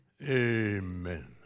Amen